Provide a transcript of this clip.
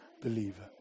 believer